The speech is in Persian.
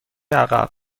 عقب